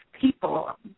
people